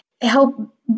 help